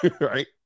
Right